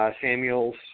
Samuels